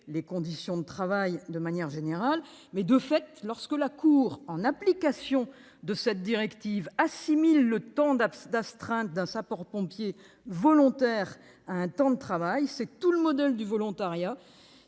les conditions de travail de manière générale. Cependant, lorsque la Cour de justice de l'Union européenne, en application de cette directive, assimile le temps d'astreinte d'un sapeur-pompier volontaire à un temps de travail, c'est tout le modèle du volontariat